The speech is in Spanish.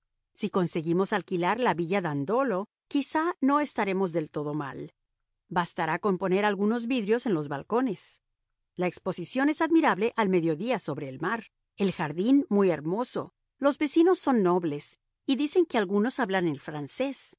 si conseguimos alquilar la villa dandolo quizá no estaremos del todo mal bastará con poner algunos vidrios en los balcones la exposición es admirable al mediodía sobre el mar el jardín muy hermoso los vecinos son nobles y dicen que algunos hablan el francés